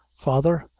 father,